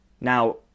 Now